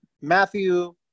Matthew